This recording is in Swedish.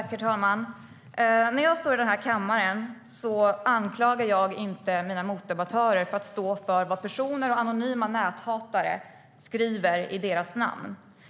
Herr talman! När jag står i den här kammaren anklagar jag inte mina motdebattörer för att stå för vad personer och anonyma näthatare skriver i deras namn.